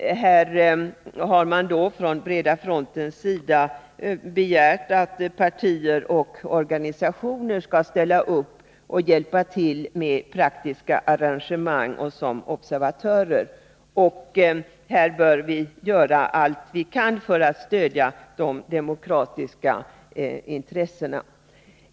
Breda fronten har här begärt att partier och organisationer skall ställa upp och hjälpa till med praktiska arrangemang och som observatörer, och vi bör göra allt vi kan för att stödja de demokratiska intressena.